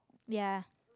ya